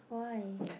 why